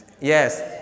Yes